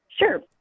Sure